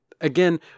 Again